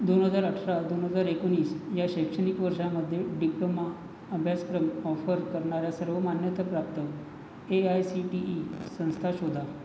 दोन हजार अठरा दोन हजार एकोणीस या शैक्षणिक वर्षामध्ये डिप्लोमा अभ्यासक्रम ऑफर करणाऱ्या सर्व मान्यताप्राप्त A I C T E संस्था शोधा